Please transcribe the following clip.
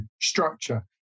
structure